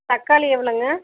தக்காளி எவ்வளோங்க